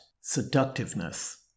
seductiveness